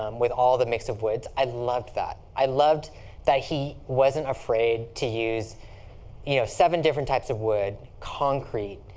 um with all the mix of woods, i loved that. i loved that he wasn't afraid to use you know seven different types of wood, concrete,